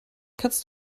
kannst